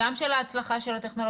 גם של ההצלחה של הטכנולוגיה,